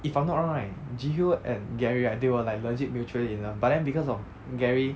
if I'm not wrong right ji hyo and gary right they were like legit mutually in love but then because of gary